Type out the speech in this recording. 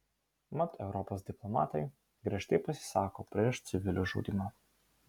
mat europos diplomatai griežtai pasisako prieš civilių žudymą